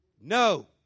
No